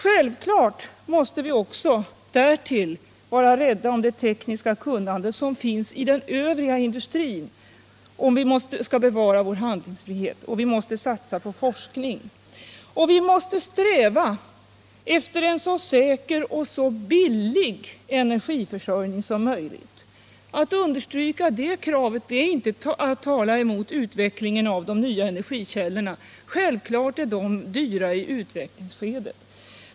Självfallet måste vi därtill, om vi skall bevara vår handlingsfrihet, vara rädda om det tekniska kunnande som finns inom den övriga industrin, och vi måste satsa på forskning. Vi måste också sträva efter en så säker och billig energiförsörjning som möjligt. Att understryka det kravet innebär inte att man talar emot utvecklingen av de nya energikällorna —- de är självfallet dyra i utvecklingsskedet.